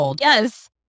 yes